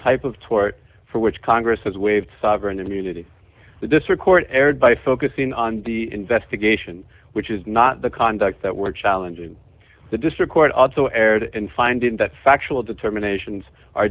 type of tort for which congress has waived sovereign immunity the district court erred by focusing on the investigation which is not the conduct that were challenging the district court also erred in finding that factual determinations